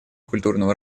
культурного